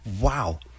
Wow